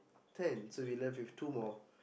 ten so we left with two more